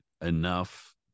enough